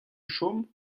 chom